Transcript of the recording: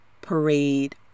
parade